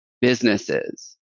businesses